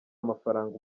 mafaranga